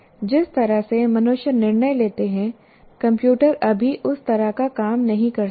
जिस तरह से मनुष्य निर्णय लेते हैं कंप्यूटर अभी उस तरह का काम नहीं कर सकता है